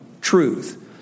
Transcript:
truth